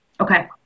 Okay